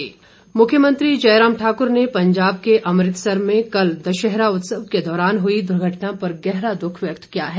शोक मुख्यमंत्री जयराम ठाक्र ने पंजाब के अमृतसर में कल दशहरा उत्सव के दौरान हई दुर्घटना पर गहरा दःख व्यक्त किया है